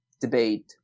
debate